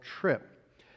Trip